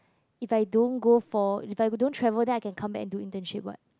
if I don't go for if I don't travel then I can come back and do internship [what]